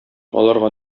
аларга